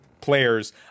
players